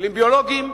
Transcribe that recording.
טילים ביולוגיים,